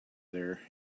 there